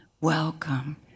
welcome